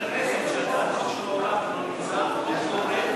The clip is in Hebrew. חבר כנסת שהצעת החוק שלו עולה והוא לא נמצא,